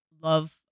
love